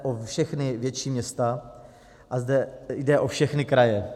Jde o všechna větší města a zde jde o všechny kraje.